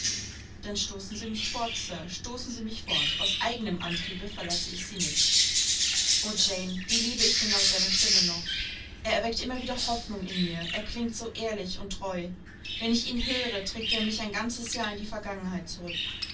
dann stoßen sie mich fort sir stoßen sie mich fort aus eigenem antriebe verlasse ich sie nicht o jane wie liebe ich den laut deiner stimme noch er erweckt immer wieder hoffnung in mir er klingt so ehrlich und treu wenn ich ihn höre trägt er mich ein ganzes jahr in die vergangenheit zurück